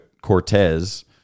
Cortez